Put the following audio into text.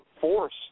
force